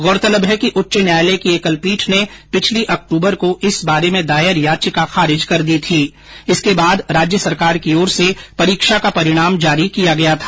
गौरतलब है कि उच्च न्यायालय की एकल पीठ ने पिछली अक्टूबर को इस बारे में दायर याचिका खारिज कर दी थी इसके बाद राज्य सरकार की ओर से परीक्षा का परिणाम जारी किया गया था